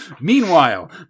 Meanwhile